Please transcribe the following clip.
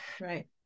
Right